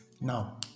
Now